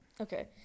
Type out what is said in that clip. Okay